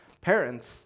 parents